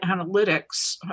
analytics